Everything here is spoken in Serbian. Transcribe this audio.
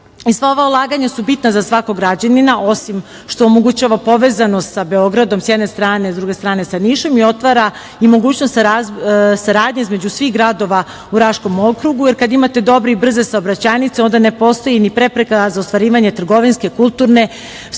ova ulaganja su bitna za svakog građanina osim što omogućava povezanost sa Beogradom s jedne strane, sa druge strane sa Nišom i otvara mogućnost saradnje između svih gradova u Raškom okrugu, jer kada imate dobre i brze saobraćajnice onda ne postoji ni prepreka za ostvarivanje trgovinske, kulturne, sportske